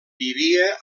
vivia